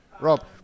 Rob